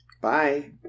Bye